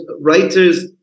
writers